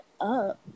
up